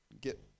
get